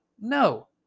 No